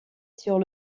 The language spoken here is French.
sur